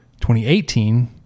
2018